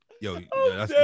Yo